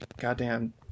goddamn